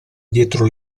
dietro